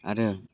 आरो